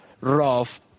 rough